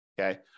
Okay